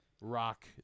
rock